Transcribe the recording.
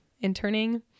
interning